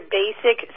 basic